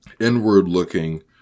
inward-looking